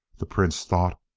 the prince thought,